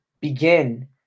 begin